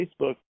Facebook